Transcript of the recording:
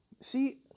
see